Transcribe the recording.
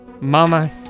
Mama